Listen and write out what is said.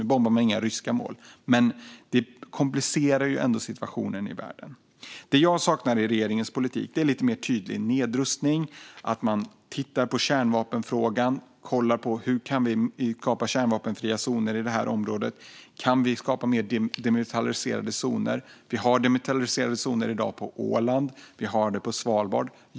Nu bombade man inga ryska mål, men det komplicerar ändå situationen i världen. Det jag saknar i regeringens politik är lite mer tydlig nedrustning, att man tittar på kärnvapenfrågan och tittar på hur man kan skapa kärnvapenfria zoner i det här området och om man kan skapa fler demilitariserade zoner. Det finns i dag demilitariserade zoner på Åland och på Svalbard.